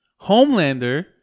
Homelander